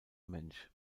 mensch